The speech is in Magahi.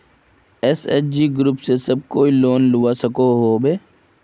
एस.एच.जी ग्रूप से सब कोई लोन लुबा सकोहो होबे?